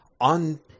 on